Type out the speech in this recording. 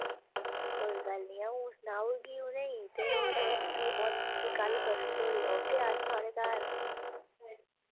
कोई गल्ल नी अ'ऊं सनाउड़गी उ'नेंगी ते ओह् तुस फ्ही हून फ्ही कल परसूं धोड़ी औगे अस थोआढ़े घर